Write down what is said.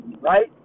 right